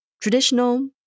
Traditional